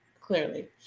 clearly